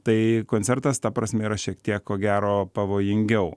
tai koncertas ta prasme yra šiek tiek ko gero pavojingiau